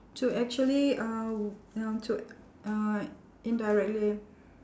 to actually uh w~ um to uh indirectly